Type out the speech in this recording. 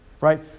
right